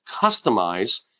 customize